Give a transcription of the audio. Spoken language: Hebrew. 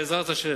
בעזרת השם,